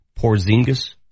Porzingis